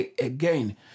again